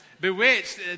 Bewitched